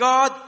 God